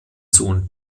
sohn